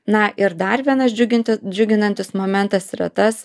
na ir dar vienas džiuginti džiuginantis momentas yra tas